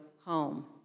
home